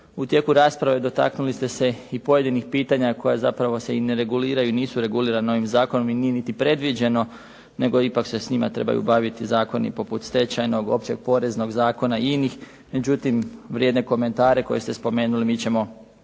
U tijeku rasprave dotaknuli ste se i pojedinih pitanja koja se zapravo ne reguliraju i nisu regulirana ovim zakonom, a nije niti predviđeno, nego ipak se s njima trebaju baviti zakoni poput stečajnog, Opće poreznog zakona i inih. Međutim, vrijedne komentare koje ste spomenuli, mi ćemo uzeti